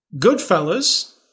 Goodfellas